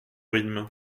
rythme